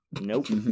Nope